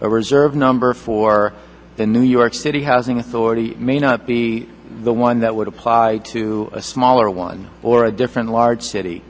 a reserve number for the new york city housing authority may not be the one that would apply to a smaller one or a different large